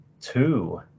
two